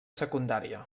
secundària